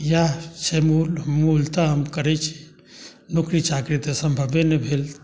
इएह छै मूलतः हम करैत छी नौकरी चाकरी तऽ सम्भवे नहि भेल